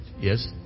yes